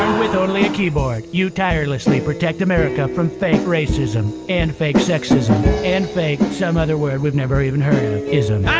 with only a keyboard you tirelessly protect america from fake racism and fake sexism and fake some other word we've never even heard isn't